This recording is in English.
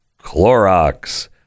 Clorox